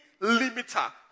limiter